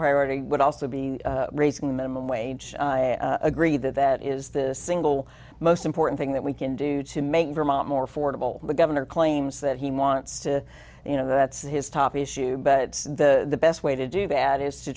priority would also be raising the minimum wage agree that that is the single most important thing that we can do to make vermont more affordable the governor claims that he wants to you know that's his top issue but the best way to do that is to